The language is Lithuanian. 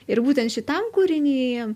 ir būtent šitam kūriny